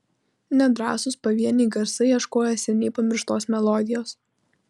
nedrąsūs pavieniai garsai ieškojo seniai pamirštos melodijos